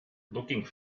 looking